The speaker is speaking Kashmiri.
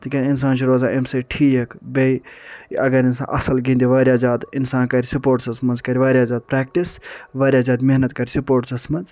تِکیٚازِ انسان چھُ روزان اَمہِ سۭتۍ ٹھیٖک بییٚہِ اگر انسان اصٕل گِندِ واریاہ زیادٕ انسان کرٕ سپورٹسَس منٛز کٔرِ واریاہ زیادٕ پرٛیٚکٹِس واریاہ زیادٕ محنت کٔرِ سپورٹسِس منٛز